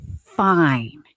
fine